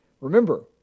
Remember